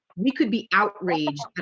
we could be outraged.